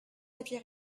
aviez